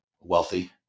wealthy